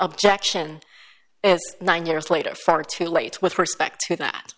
objection is nine years later far too late with respect to that